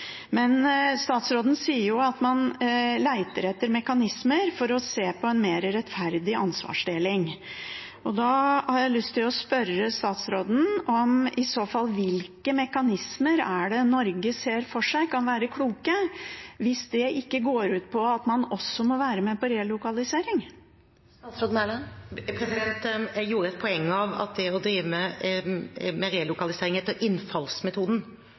Men da er det viktig å vite at en slik europeisk avtale handler om asylsøkere – ikke kvoteflyktninger. Det er jo det den gjør. Så det å argumentere som at det er en motsetning der, som statsråden gjorde, blir litt rart. Statsråden sier at man leter etter mekanismer for å se på en mer rettferdig ansvarsdeling. Da har jeg lyst til å spørre statsråden om hvilke mekanismer det i så fall er Norge ser for seg kan være kloke, hvis det ikke går